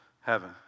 heaven